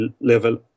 level